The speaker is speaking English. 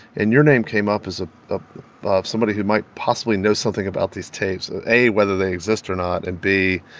and your name came up as ah ah a somebody who might possibly know something about these tapes a, whether they exist or not, and b,